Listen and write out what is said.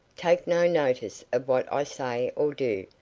take no notice of what i say or do.